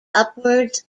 upwards